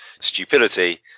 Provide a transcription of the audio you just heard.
stupidity